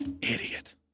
Idiot